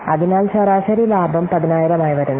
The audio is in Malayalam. അതിനാൽ ശരാശരി ലാഭം 10000 ആയി വരുന്നു